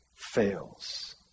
Fails